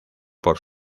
por